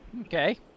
Okay